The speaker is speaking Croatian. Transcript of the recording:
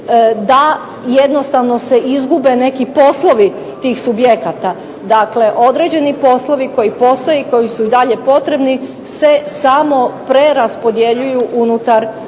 da jednostavno se izgube neki poslovi tih subjekata. Dakle, određeni poslovi koji postoje i koji su dalje potrebni se samo preraspodjeljuju unutar istih